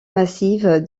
massive